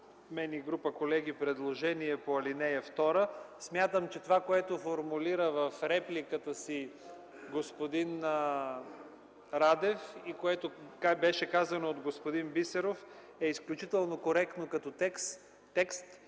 мен и група колеги предложение по ал. 2. Смятам, че това, което формулира в репликата си господин Радев и беше казано от господин Бисеров, е изключително коректно като текст